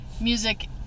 music